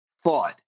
thought